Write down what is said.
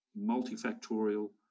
multifactorial